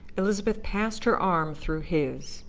elizabeth passed her arm through his.